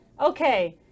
Okay